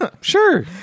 sure